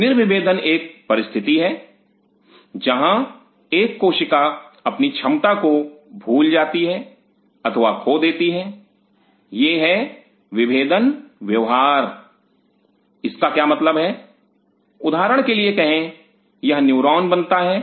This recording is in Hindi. निर्विभेदन एक परिस्थिति है जहां एक कोशिका अपनी क्षमता को भूल जाती है अथवा खो देती है यह है विभेदन व्यवहार इसका क्या मतलब है उदाहरण के लिए कहे यह न्यूरॉन बनता है